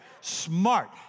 Smart